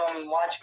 watch